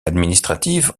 administrative